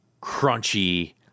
crunchy